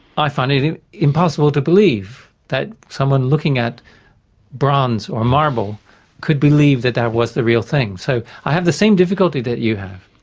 i find it it impossible to believe that someone looking at bronze or marble could believe that that was the real thing, so i have the same difficulty that you have.